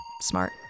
smart